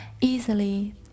easily